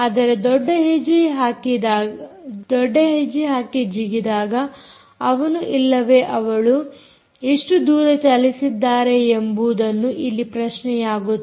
ಆದರೆ ದೊಡ್ಡ ಹೆಜ್ಜೆ ಹಾಕಿ ಜಿಗಿದಾಗ ಅವನು ಇಲ್ಲವೇ ಅವಳು ಎಷ್ಟು ದೂರ ಚಲಿಸಿದ್ದಾರೆ ಎಂಬುವುದು ಇಲ್ಲಿ ಪ್ರಶ್ನೆಯಾಗುತ್ತದೆ